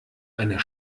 einer